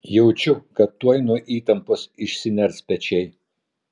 jaučiau kad tuoj nuo įtampos išsiners pečiai